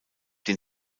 den